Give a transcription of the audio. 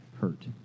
hurt